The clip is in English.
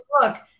look